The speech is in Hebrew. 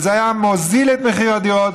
וזה היה מוריד את מחירי הדירות,